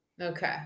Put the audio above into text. Okay